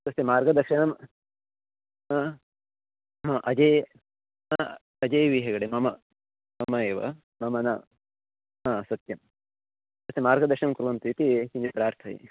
तस्य मार्गदर्शनम् आ मम अजये अजये वि हेगडे मम मम एव मम न हा सत्यम् अस्य मार्गदर्शनं कुर्वन्तु इति किञ्चित् प्रार्थये